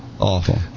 Awful